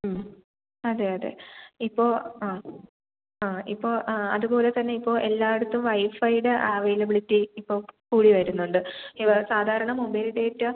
അതെ അതെ ഇപ്പോൾ ആ ആ ഇപ്പോൾ ആ അതുപോലെ തന്നെ ഇപ്പോൾ എല്ലായിടത്തും വൈഫൈയുടെ അവൈലബിളിറ്റി ഇപ്പോൾ കൂടി വരുന്നുണ്ട് ഇത് സാധാരണ മൊബൈൽ ഡേറ്റ